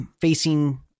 facing